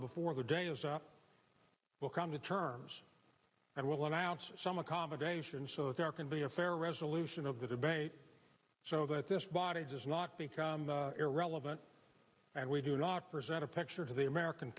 before the day is up will come to terms and will announce some accommodation so there can be a fair resolution of the debate so that this body does not become irrelevant and we do not present a picture to the american